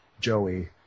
Joey